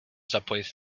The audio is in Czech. zapojit